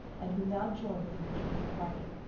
and who now joined the retreating party.